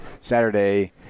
Saturday